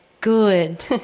Good